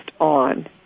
on